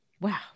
Wow